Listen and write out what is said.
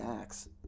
acts